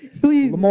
Please